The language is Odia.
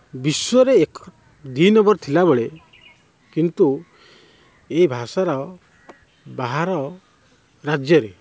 ବିଶ୍ୱରେ ଏକ ଦୁଇ ନମ୍ବର ଥିଲା ବେଳେ କିନ୍ତୁ ଏଇ ଭାଷାର ବାହାର ରାଜ୍ୟରେ